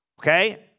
Okay